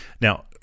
Now